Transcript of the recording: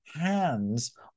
hands